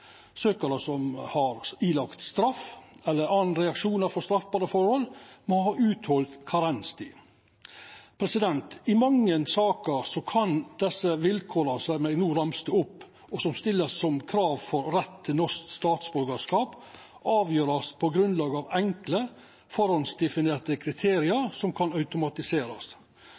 som er dømde til straff eller andre reaksjonar for straffbare forhold, må ha vore gjennom karenstid. I mange saker kan desse vilkåra som eg no ramsa opp, og som vert stilte som krav for rett til norsk statsborgarskap, verta avgjorde på grunnlag av enkle førehandsdefinerte kriterium som kan automatiserast.